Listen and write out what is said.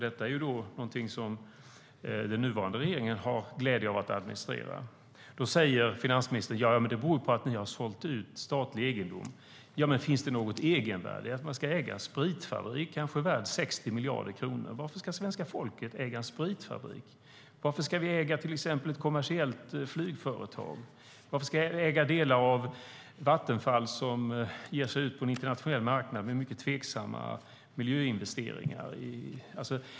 Det är någonting som den nuvarande regeringen har glädje av att administrera. Då säger finansministern att det beror på att vi har sålt ut statlig egendom. Men finns det något egenvärde i att äga en spritfabrik värd kanske 60 miljarder kronor? Varför ska svenska folket äga en spritfabrik? Varför ska vi äga ett kommersiellt flygföretag? Varför ska vi äga delar av Vattenfall som ger sig ut på en internationell marknad med mycket tveksamma miljöinvesteringar?